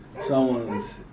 someone's